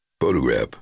photograph